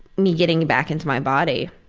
me getting back into my body.